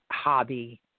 Hobby